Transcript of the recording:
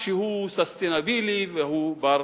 שהוא ססטנאבילי והוא בר-קיימא.